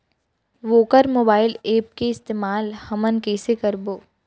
वोकर mobile app के इस्तेमाल हमन कइसे करबो?